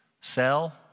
sell